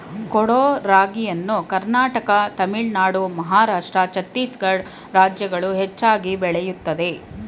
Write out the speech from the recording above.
ಕೊಡೋ ರಾಗಿಯನ್ನು ಕರ್ನಾಟಕ ತಮಿಳುನಾಡು ಮಹಾರಾಷ್ಟ್ರ ಛತ್ತೀಸ್ಗಡ ರಾಜ್ಯಗಳು ಹೆಚ್ಚಾಗಿ ಬೆಳೆಯುತ್ತದೆ